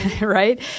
right